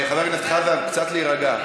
חבר הכנסת חזן, קצת להירגע.